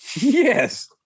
Yes